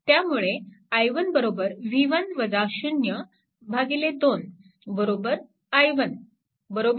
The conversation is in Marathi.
त्यामुळे i1 2 i1 v1 2